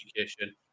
education